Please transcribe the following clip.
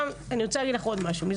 אני לא אוהבת להפיל הכול על הש.ג,